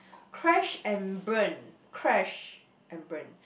crash and burn crash and burn